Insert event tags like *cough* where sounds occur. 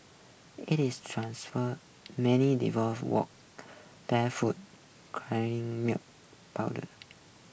it is transfer many devote walked barefoot crying milk *unintelligible*